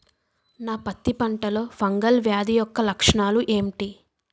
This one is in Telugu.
నా పత్తి పంటలో ఫంగల్ వ్యాధి యెక్క లక్షణాలు ఏంటి?